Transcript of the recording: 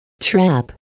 Trap